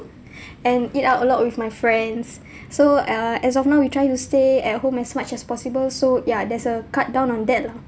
and eat out a lot with my friends so uh as of now we try to stay at home as much as possible so ya there's a cut down on that lah